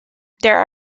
there